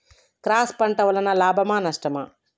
Cross పంట వలన లాభమా నష్టమా?